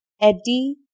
Eddie